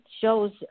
shows